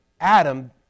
Adam